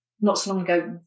not-so-long-ago